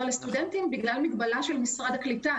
לסטודנטים בגלל מגבלה של משרד הקליטה,